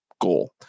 goal